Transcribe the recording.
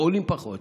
ועולים פחות.